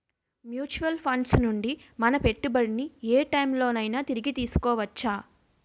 Mutual funds నుండి మన పెట్టుబడిని ఏ టైం లోనైనా తిరిగి తీసుకోవచ్చా?